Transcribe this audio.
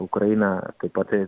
ukraina taip pat